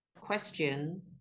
question